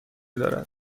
دارد